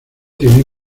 tiene